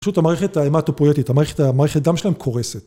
פשוט המערכת ההמטופויטית, המערכת דם שלהם קורסת.